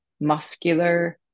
muscular